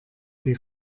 sie